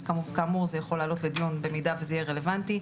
אז כאמור זה יכול לעלות לדיון במידה וזה יהיה רלוונטי.